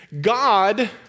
God